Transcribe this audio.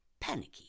panicky